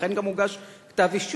ולכן גם הוגש כתב-אישום,